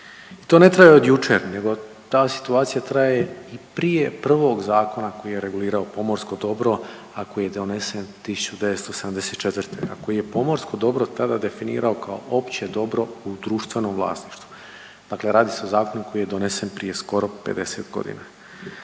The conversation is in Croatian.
To ne traje od jučer, nego ta situacija traje prije prvog zakona koji je regulirao pomorsko dobro a koji je donesen 1974. a koji je pomorsko dobro tada definirao kao opće dobro u društvenom vlasništvu. Dakle, radi se o zakonu koji je donesen prije skoro 50 godina.